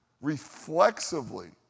Reflexively